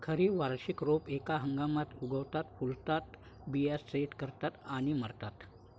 खरी वार्षिक रोपे एका हंगामात उगवतात, फुलतात, बिया सेट करतात आणि मरतात